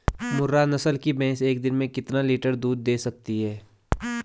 मुर्रा नस्ल की भैंस एक दिन में कितना लीटर दूध दें सकती है?